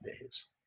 days